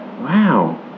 Wow